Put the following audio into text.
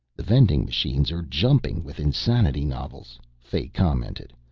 vending machines are jumping with insanity novels, fay commented.